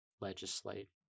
legislate